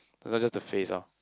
no not just the face lor